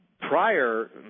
prior